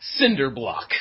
Cinderblock